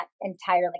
entirely